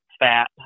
Fat